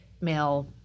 male